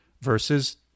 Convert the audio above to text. versus